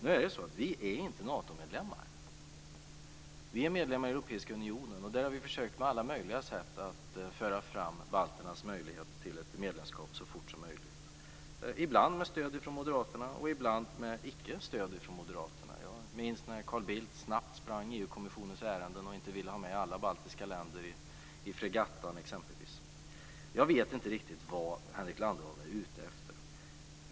Nu är det så att Sverige inte är Natomedlem. Sverige är medlem i Europeiska unionen, och där har vi på alla möjliga sätt försökt att föra fram balternas möjlighet till ett medlemskap så fort som möjligt, ibland med stöd från moderaterna och ibland inte med stöd från moderaterna. Jag minns när Carl Bildt snabbt sprang EU-kommissionens ärenden och inte ville ha med alla baltiska länder i t.ex. Fregattan. Jag vet inte riktigt vad Henrik Landerholm är ute efter.